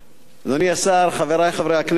אדוני השר, חברי חברי הכנסת,